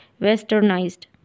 westernized